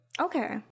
Okay